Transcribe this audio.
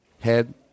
head